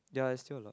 there are still not